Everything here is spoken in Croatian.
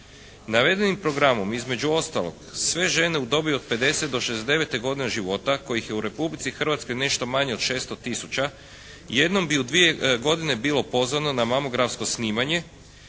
Navedenim programom između ostalog sve žene u dobi od 50. do 69. godine života kojih je u Republici Hrvatskoj nešto manje od 600 tisuća jednom bi u dvije godine bilo pozvano na mamografsko snimanje